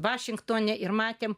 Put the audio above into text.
vašingtone ir matėme